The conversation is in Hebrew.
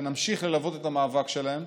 ונמשיך ללוות את המאבק שלהם.